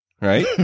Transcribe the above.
right